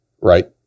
right